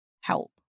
help